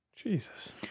Jesus